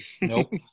Nope